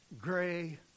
gray